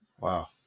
Wow